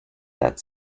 that